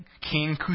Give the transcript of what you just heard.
King